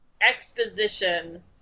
exposition